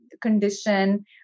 condition